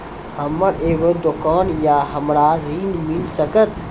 हमर एगो दुकान या हमरा ऋण मिल सकत?